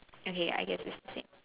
okay I can just tick